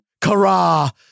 Kara